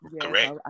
correct